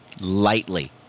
lightly